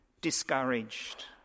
discouraged